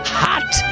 hot